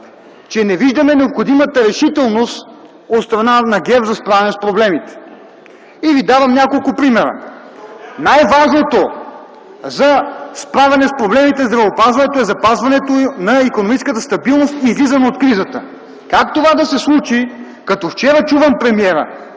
че не виждаме необходимата решителност от страна на ГЕРБ за справяне с проблемите. Давам ви няколко примера: Най-важното за справяне с проблемите в здравеопазването е запазването на икономическата стабилност и излизане от кризата. Как да се случи това като вчера чувам премиера